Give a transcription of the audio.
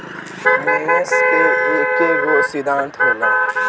निवेश के एकेगो सिद्धान्त होला